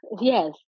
Yes